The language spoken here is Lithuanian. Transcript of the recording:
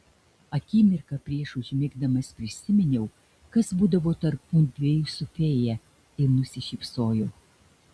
akimirką prieš užmigdamas prisiminiau kas būdavo tarp mudviejų su fėja ir nusišypsojau